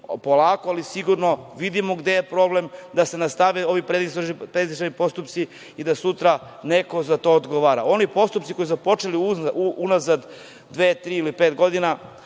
polako ali sigurno vidimo gde je problem, da se nastave ovi predistražni postupci i da sutra neko za to odgovora. Oni postupci koji su počeli unazad dve, tri ili pet godina,